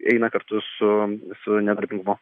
eina kartu su su nedarbingumu